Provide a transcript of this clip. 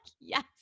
yes